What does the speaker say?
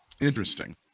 Interesting